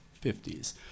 50s